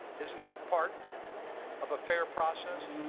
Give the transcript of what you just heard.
isn't that part of a fair process?